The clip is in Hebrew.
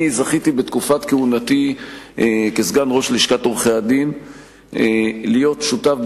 אני זכיתי בתקופת כהונתי כסגן ראש לשכת עורכי-הדין להיות שותף,